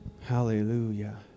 Hallelujah